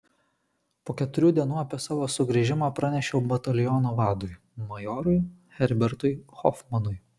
po keturių dienų apie savo sugrįžimą pranešiau bataliono vadui majorui herbertui hofmanui